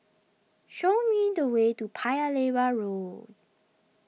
show me the way to Paya Lebar Road